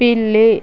పిల్లి